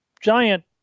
giant